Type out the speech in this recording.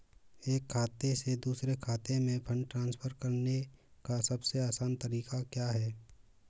एक खाते से दूसरे खाते में फंड ट्रांसफर करने का सबसे आसान तरीका क्या है?